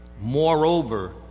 Moreover